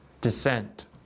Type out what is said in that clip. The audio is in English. dissent